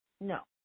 No